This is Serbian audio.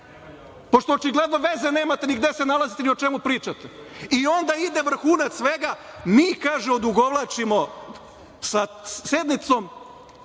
pošto očigledno veze nemate ni gde se nalazite ni o čemu pričate. Onda ide vrhunac svega – mi, kaže, odugovlačimo sa sednicom,